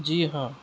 جی ہاں